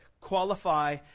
qualify